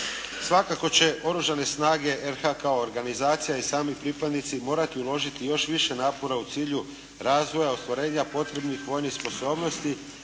Svakako će Oružane snage RH, kao organizacija i sami pripadnici, morati uložiti još više napora u cilju razvoja, ostvarenja potrebnih vojnih sposobnosti